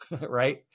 Right